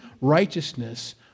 righteousness